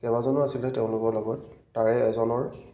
কেইবাজনো আছিলে তেওঁলোকৰ লগত তাৰে এজনৰ